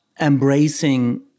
embracing